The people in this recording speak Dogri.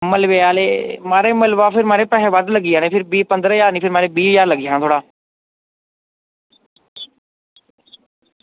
मलबे आह्ले मलहबा फिर म्हाराज बद्ध लग्गी जाना फिर पंद्रहां ज्हार निं बीह् ज्हार लग्गी जाना थुआढ़ा